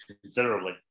considerably